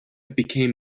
became